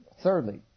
thirdly